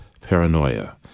paranoia